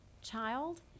child